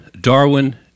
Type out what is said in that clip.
Darwin